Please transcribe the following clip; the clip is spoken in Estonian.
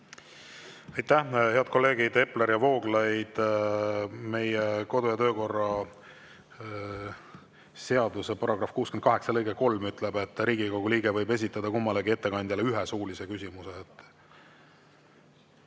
Aitäh! Head kolleegid Epler ja Vooglaid, meie kodu- ja töökorra seaduse § 68 lõige 3 ütleb, et Riigikogu liige võib esitada kummalegi ettekandjale ühe suulise küsimuse.